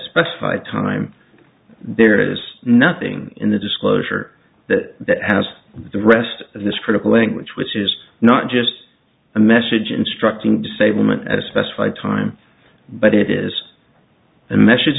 specified time there is nothing in the disclosure that has the rest of this critical language which is not just a message instructing disablement at a specified time but it is the message